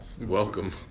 Welcome